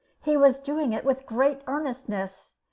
he was doing it with great earnestness.